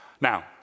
Now